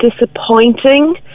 disappointing